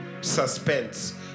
suspense